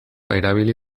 erabili